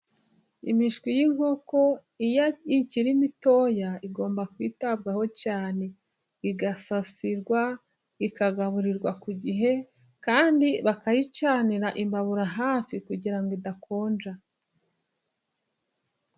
Imishwi y'inkoko ikiriri mitoya, igomba kwitabwaho cyane. Igasasirwa, ikagaburirwa ku gihe, kandi bakayicanira imbabura hafi, kugira idakonja.